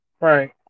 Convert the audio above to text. Right